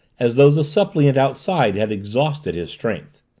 as though the suppliant outside had exhausted his strength.